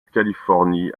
californie